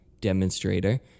demonstrator